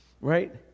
right